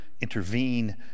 intervene